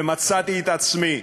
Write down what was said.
ומצאתי את עצמי,